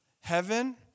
Heaven